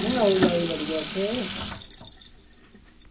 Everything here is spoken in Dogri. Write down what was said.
नेईं आओ जाई ऐ बड़ी उत्थें